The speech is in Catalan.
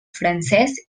francès